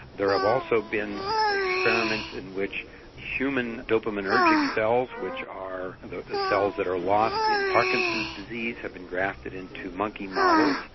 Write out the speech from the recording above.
there have also been experiments in which human dopaminergic cells, which are the cells that are lost in parkinson's disease, have been grafted into monkey models,